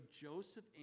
Joseph